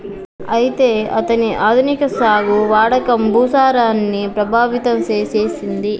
అయితే అతని ఆధునిక సాగు వాడకం భూసారాన్ని ప్రభావితం సేసెసింది